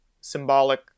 symbolic